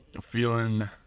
feeling